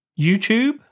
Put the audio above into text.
YouTube